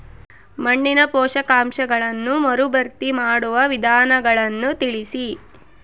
ಮಣ್ಣಿನ ಪೋಷಕಾಂಶಗಳನ್ನು ಮರುಭರ್ತಿ ಮಾಡುವ ವಿಧಾನಗಳನ್ನು ತಿಳಿಸಿ?